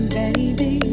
baby